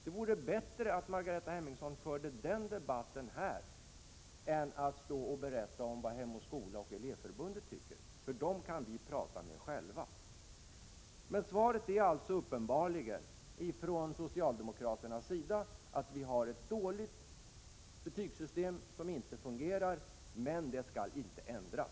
Det vore bättre att Margareta Hemmingsson förde den debatten i stället för att berätta vad Hem och skola och Elevorganisationen tycker, för vi kan tala med dem själva. Svaret är alltså uppenbarligen från socialdemokraterna att vi har ett dåligt betygssystem som inte fungerar men att det inte skall ändras.